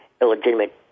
illegitimate